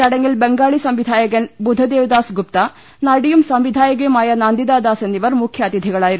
ചടങ്ങിൽ ബംഗാളി സംവിധായകൻ ബുദ്ധദേവ്ദാസ് ഗൂപ്ത നടിയും സംവിധായകയുമായ നന്ദിതാ ദാസ് എന്നിവർ മുഖ്യാതിഥികളായിരുന്നു